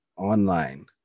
Online